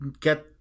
Get